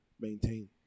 maintain